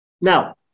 Now